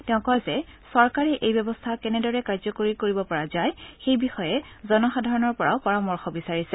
তেওঁ কয় যে চৰকাৰে এই ব্যৱস্থা কেনেদৰে কাৰ্যকৰী কৰিব পৰা যায় সেইবিষয়ে জনসাধাৰণৰ পৰাও পৰামৰ্শ বিচাৰিছে